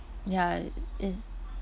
ya it